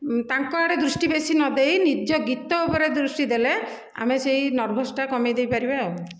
ତାଙ୍କ ଆଡ଼େ ନିଜ ଦୃଷ୍ଟି ବେଶି ନଦେଇ ନିଜ ଗୀତ ଉପରେ ଦୃଷ୍ଟି ଦେଲେ ଆମେ ସେଇ ନର୍ଭସ୍ଟା କମେଇ ଦେଇପାରିବା ଆଉ